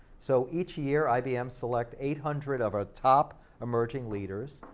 so each year, ibm selects eight hundred of our top emerging leaders,